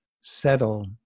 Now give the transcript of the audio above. settle